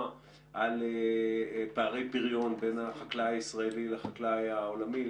על פערי פריון בין החקלאי הישראלי לחקלאי העולמי.